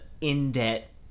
in-debt